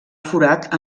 forat